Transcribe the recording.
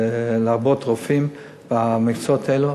לעבות רופאים במקצועות האלה.